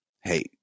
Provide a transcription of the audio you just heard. hey